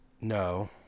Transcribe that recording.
no